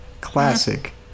Classic